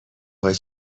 خوای